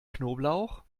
knoblauch